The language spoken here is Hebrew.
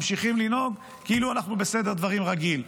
ממשיכים לנהוג כאילו אנחנו בסדר דברים רגיל.